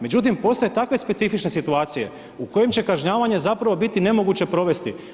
Međutim, postoje takve specifične situacije u kojem će kažnjavanje zapravo biti nemoguće provesti.